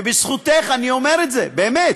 בזכותך, אני אומר את זה, באמת,